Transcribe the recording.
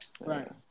right